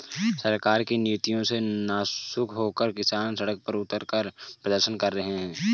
सरकार की नीतियों से नाखुश होकर किसान सड़क पर उतरकर प्रदर्शन कर रहे हैं